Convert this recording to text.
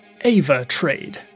AvaTrade